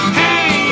hey